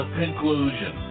conclusion